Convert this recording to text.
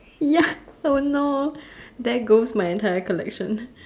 ya don't know there goes my entire collection